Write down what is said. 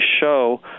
show